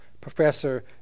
professor